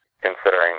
considering